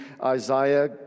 Isaiah